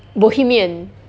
bohemian